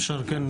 בבקשה, כן.